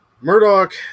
Murdoch